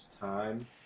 time